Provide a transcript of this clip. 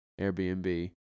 Airbnb